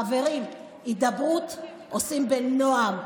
חברים, הידברות עושים בנועם.